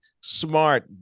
smart